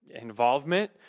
involvement